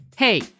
Hey